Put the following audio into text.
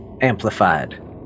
amplified